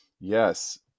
yes